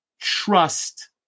trust